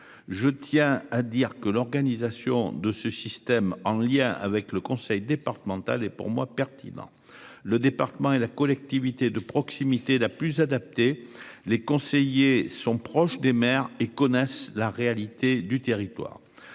je tiens à dire que l'organisation de ce système en lien avec le conseil départemental et pour moi pertinent le département et la collectivité de proximité, la plus adaptée. Les conseillers sont proches des maires et connaissent la réalité du territoire.